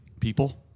people